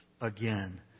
again